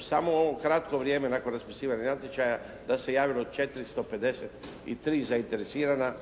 samo u ovo kratko vrijeme nakon raspisivanja natječaja da se razvilo 453 zainteresirana